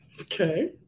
Okay